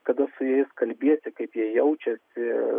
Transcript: kada su jais kalbiesi kaip jie jaučiasi